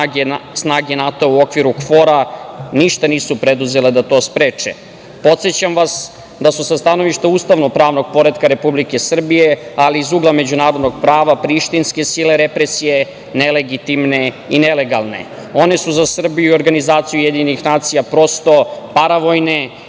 snage NATO u okviru KFOR-a ništu nisu preduzeli da to spreče. Podsećam vas da su sa stanovišta ustavno-pravnog poretka Republike Srbije, ali i iz ugla međunarodnog prava, prištinske sile represije nelegitimne i nelegalne. One su za Srbiju i OUN prosto paravojne